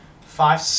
five